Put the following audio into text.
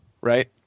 right